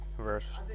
verse